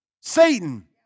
Satan